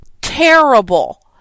terrible